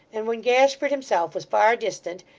and when gashford himself was far distant,